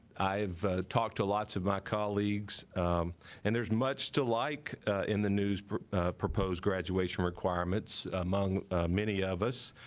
i've talked to lots of my colleagues and there's much to like in the news proposed graduation requirements among many of us